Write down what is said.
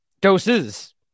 Doses